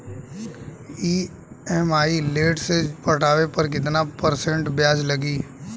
EMI late से पटावे पर कितना परसेंट ब्याज लगी?